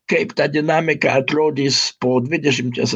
kaip ta dinamika atrodys po dvidešimties